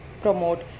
promote